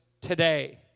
today